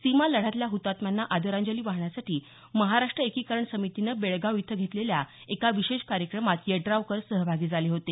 सीमा लढ्यातल्या हतात्म्यांना आदरांजली वाहण्यासाठी महाराष्ट्र एकीकरण समिती आणि विविध मराठी संघटनांनी बेळगाव इथं घेतलेल्या एका विशेष कार्यक्रमात यड्रावकर सहभागी झाले होते